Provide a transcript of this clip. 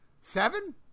Seven